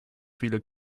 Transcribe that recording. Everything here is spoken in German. viele